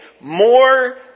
more